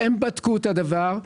הם בדקו את הדבר,